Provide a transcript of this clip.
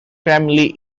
family